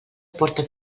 porta